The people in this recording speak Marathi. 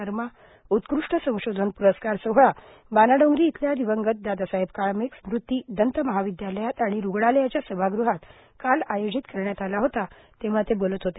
शर्मा उत्कृष्ठ संशोधन प्रस्कार सोहळा वानाडोंगरी इथल्या दिवंगत दादासाहेब काळमेघ स्मृती दंत महाविद्यालयात आणि रूग्णालयाच्या सभागृहात काल आयोजित करण्यात आला होता तेव्हा ते बोलत होते